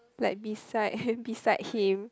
like beside him beside him